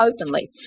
openly